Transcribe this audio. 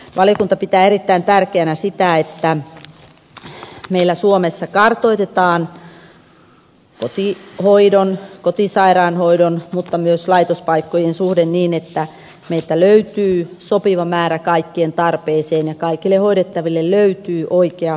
valiokunta pitää erittäin tärkeänä sitä että meillä suomessa kartoitetaan kotihoidon kotisairaanhoidon mutta myös laitospaikkojen suhde niin että meiltä löytyy sopiva määrä kaikkien tarpeeseen ja että kaikille hoidettaville löytyy oikea hoitopaikka